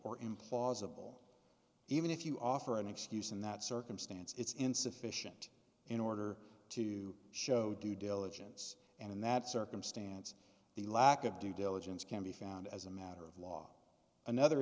or implausible even if you offer an excuse in that circumstance it's insufficient in order to show due diligence and in that circumstance the lack of due diligence can be found as a matter of law another